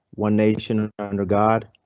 one nation under god,